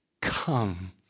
come